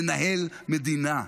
לנהל מדינה.